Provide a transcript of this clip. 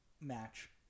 match